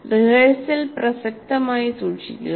rehearsal പ്രസക്തമായി സൂക്ഷിക്കുക